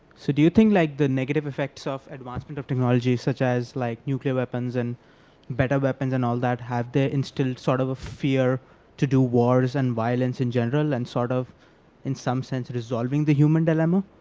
so do you think like the negative effects of advancement of technology such as like nuclear weapons and better weapons and all that have their instilled sort of fear to do wars and violence in general and sort of in in some sense resolving the human dilemma.